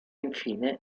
infine